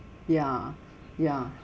ya ya